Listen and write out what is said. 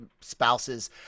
spouses